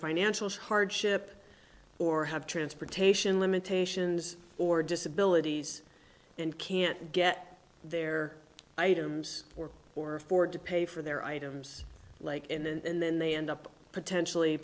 financial hardship or have transportation limitations or disabilities and can't get their items or or afford to pay for their items like and then they end up potentially